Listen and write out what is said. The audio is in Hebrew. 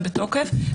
בתוקף.